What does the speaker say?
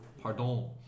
pardon